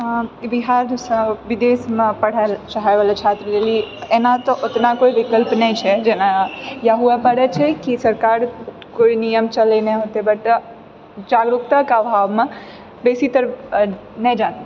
अऽ बिहारसँ विदेशमे पढ़ए लए चाहए बला छात्र लिअऽ एना तऽ ओतना कोइ विकल्प नहि छै जेना या हुए पड़ैत छै कि सरकार कोइ नियम चलेने हौते बट जागरुकताके अभावमे बेसीतर नहि जा